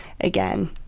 again